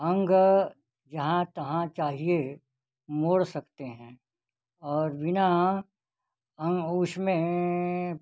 अंग यहाँ तहाँ चाहिए मोड़ सकते हैं और बिना अंग उसमें